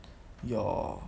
your